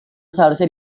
seharusnya